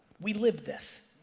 we lived this.